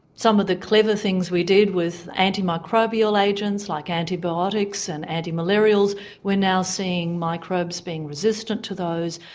some of the clever things we did with antimicrobial agents, like antibiotics and antimalarials we're now seeing microbes being resistant to those.